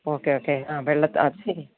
okay okay ആ വെളളത്ത് അത് ശരി